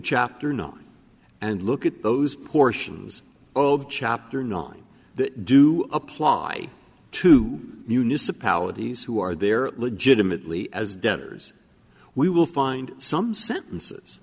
chapter nine and look at those portions of chapter nine that do apply to municipalities who are there legitimately as debtors we will find some sentences